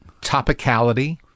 topicality